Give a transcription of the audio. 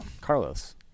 Carlos